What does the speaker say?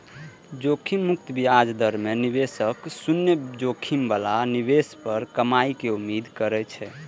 जोखिम मुक्त ब्याज दर मे निवेशक शून्य जोखिम बला निवेश पर कमाइ के उम्मीद करै छै